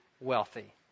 wealthy